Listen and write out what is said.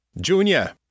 Junior